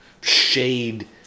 shade